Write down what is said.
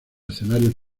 escenarios